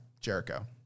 Jericho